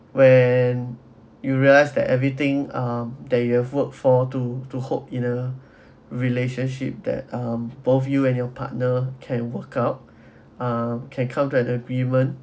when you realize that everything um that you have worked for to to hope in a relationship that um both you and your partner can workout um can come to an agreement